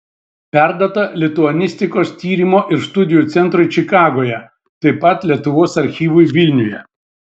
perduota lituanistikos tyrimo ir studijų centrui čikagoje taip pat lietuvos archyvui vilniuje